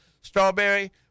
strawberry